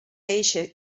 eixa